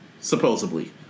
supposedly